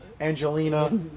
Angelina